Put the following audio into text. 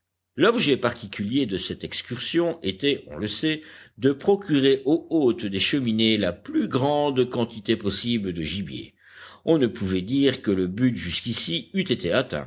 l'objet particulier de cette excursion était on le sait de procurer aux hôtes des cheminées la plus grande quantité possible de gibier on ne pouvait dire que le but jusqu'ici eût été